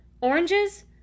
Oranges